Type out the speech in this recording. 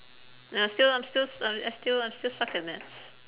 ya still I'm still I mean I still I still suck at maths